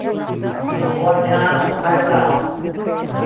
ᱟᱵᱚᱣᱟᱜ ᱡᱟᱦᱟᱸ ᱥᱚᱦᱨᱟᱭ ᱯᱚᱨᱚᱵᱽ